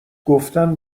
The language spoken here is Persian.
گفتن